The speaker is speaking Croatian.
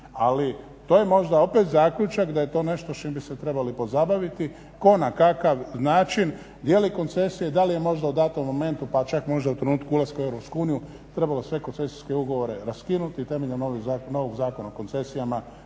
Ali to je možda opet zaključak da je to nešto s čim bi se trebali pozabaviti, tko na kakav način, je li koncesija, da li je možda u datom momentu pa čak možda u trenutku ulaska u EU trebalo sve koncesijske ugovore raskinuti, temeljem ovog novog Zakona o koncesijama